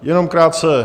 Jenom krátce.